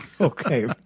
Okay